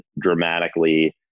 dramatically